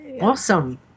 Awesome